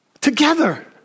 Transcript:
Together